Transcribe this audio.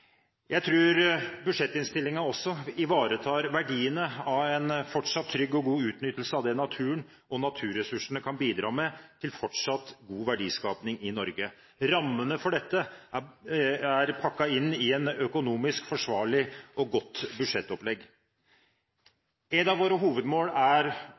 Jeg tror budsjettinnstillingen også ivaretar verdiene av en fortsatt trygg og god utnyttelse av det naturen, og naturressursene, kan bidra med til fortsatt god verdiskaping i Norge. Rammene for dette er pakket inn i et økonomisk forsvarlig og godt budsjettopplegg. Et av våre hovedmål er